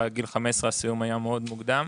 ועד גיל 15 הסיום היה מאוד מוקדם.